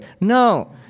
No